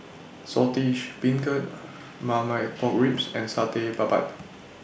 Saltish Beancurd Marmite Pork Ribs and Satay Babat